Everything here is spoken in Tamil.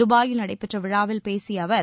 தபாயில் நடைபெற்ற விழாவில் பேசிய அவர்